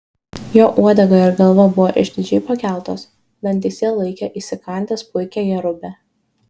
jo uodega ir galva buvo išdidžiai pakeltos dantyse laikė įsikandęs puikią jerubę